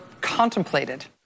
contemplated